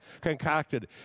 concocted